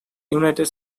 united